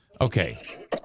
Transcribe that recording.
Okay